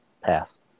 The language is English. pass